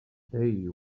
they